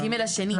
(ג) השני.